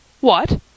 What